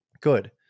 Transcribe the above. Good